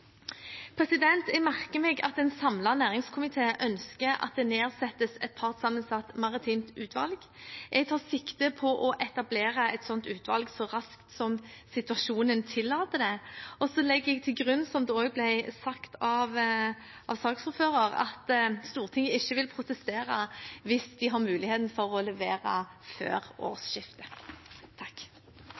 Jeg merker meg at en samlet næringskomité ønsker at det nedsettes et partssammensatt maritimt utvalg. Jeg tar sikte på å etablere et slikt utvalg så raskt som situasjonen tillater det. Jeg legger også til grunn, som det også ble sagt av saksordføreren, at Stortinget ikke vil protestere hvis de har mulighet til å levere før årsskiftet.